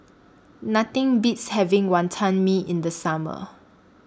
Nothing Beats having Wantan Mee in The Summer